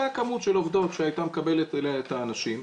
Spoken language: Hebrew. אותה כמות של עובדות שהייתה מקבלת אליה את האנשים,